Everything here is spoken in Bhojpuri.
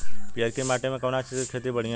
पियरकी माटी मे कउना चीज़ के खेती बढ़ियां होई?